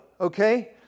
okay